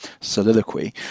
soliloquy